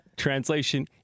translation